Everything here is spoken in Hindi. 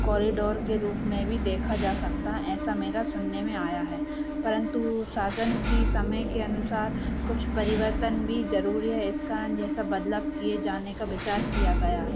कॉरीडोर के रूप में भी देखा जा सकता है ऐसा मेरा सुनने में आया है परंतु शासन की समय के अनुसार कुछ परिवर्तन भी ज़रूरी है इस कारण यह सब बदलाव किए जाने का विचार किया गया है